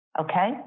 Okay